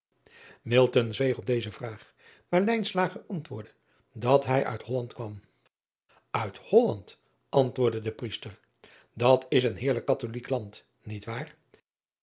zweeg op deze vraag maar antwoordde dat hij uit olland kwam it olland antwoordde de riester dat is een heerlijk atholijk land niet waar